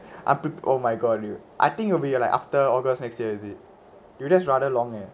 I prepa~ oh my god I think it'll be like after august next year is it you that's rather long eh